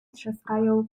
trzaskają